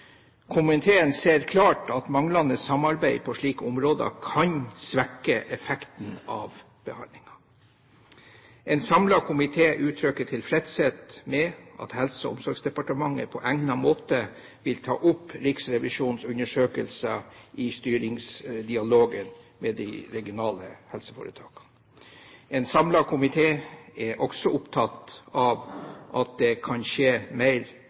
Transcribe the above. Komiteen ser klart at manglende samarbeid på slike områder kan svekke effekten av behandlingen. En samlet komité uttrykker tilfredshet med at Helse- og omsorgsdepartementet på egnet måte vil ta opp Riksrevisjonens undersøkelse i styringsdialogen med de regionale helseforetakene. En samlet komité er også opptatt av at det bør skje mer